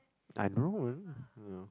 I don't know eh I don't know